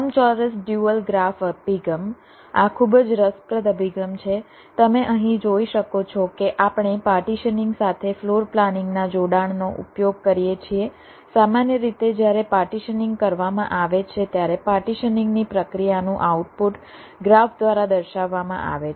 લંબચોરસ dual graph અભિગમ આ ખૂબ જ રસપ્રદ અભિગમ છે તમે અહીં જોઈ શકો છો કે આપણે પાર્ટીશનીંગ સાથે ફ્લોર પ્લાનિંગના જોડાણનો ઉપયોગ કરીએ છીએ સામાન્ય રીતે જ્યારે પાર્ટીશનીંગ કરવામાં આવે છે ત્યારે પાર્ટીશનીંગની પ્રક્રિયાનું આઉટપુટ ગ્રાફ દ્વારા દર્શાવવામાં આવે છે